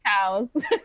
cows